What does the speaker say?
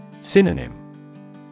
Synonym